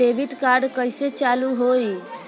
Debit card कइसे चालू होई?